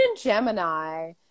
Gemini